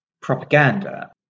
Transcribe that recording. propaganda